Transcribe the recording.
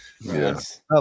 Yes